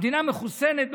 המדינה מחוסנת,